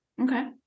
Okay